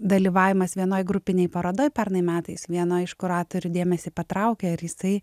dalyvavimas vienoj grupinėj parodoj pernai metais viena iš kuratorių dėmesį patraukė ir jisai